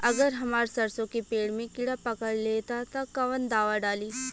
अगर हमार सरसो के पेड़ में किड़ा पकड़ ले ता तऽ कवन दावा डालि?